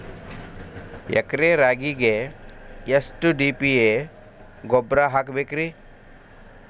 ಎಕರೆ ರಾಗಿಗೆ ಎಷ್ಟು ಡಿ.ಎ.ಪಿ ಗೊಬ್ರಾ ಹಾಕಬೇಕ್ರಿ?